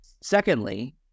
Secondly